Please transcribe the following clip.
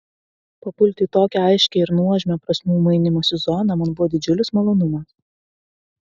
papulti į tokią aiškią ir nuožmią prasmių mainymosi zoną man buvo didžiulis malonumas